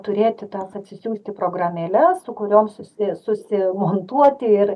turėti tas atsisiųsti programėles su kuriom susi susimontuoti ir